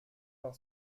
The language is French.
par